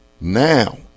now